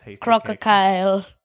Crocodile